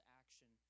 action